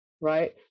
right